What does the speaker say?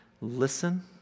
listen